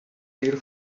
here